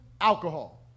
alcohol